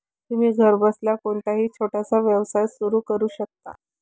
तुम्ही घरबसल्या कोणताही छोटासा व्यवसाय सुरू करू शकता